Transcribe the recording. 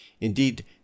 Indeed